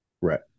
Right